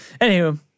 Anywho